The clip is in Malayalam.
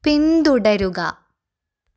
പിന്തുടരുക